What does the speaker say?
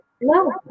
No